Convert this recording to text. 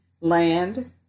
land